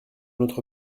notre